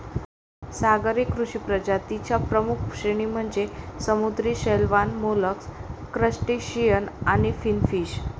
सागरी कृषी प्रजातीं च्या प्रमुख श्रेणी म्हणजे समुद्री शैवाल, मोलस्क, क्रस्टेशियन आणि फिनफिश